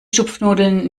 schupfnudeln